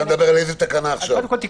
אני מדבר על תיקון 7